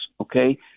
okay